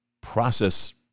process